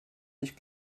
nicht